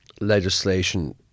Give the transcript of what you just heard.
legislation